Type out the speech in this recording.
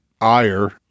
ire